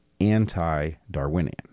anti-Darwinian